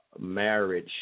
marriage